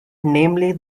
namely